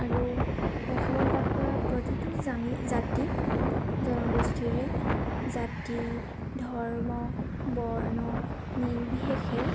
আৰু অসমত বাস কৰা প্ৰতিটো জানি জাতি জনগোষ্ঠীৰে জাতি ধৰ্ম বৰ্ণ নিৰ্বিশেষে